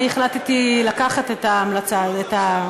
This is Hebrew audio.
החלטתי לקחת את זה,